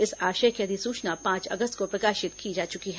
इस आशय की अधिसूचना पांच अगस्त को प्रकाशित की जा चुकी है